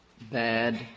bad